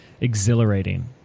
exhilarating